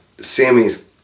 Sammy's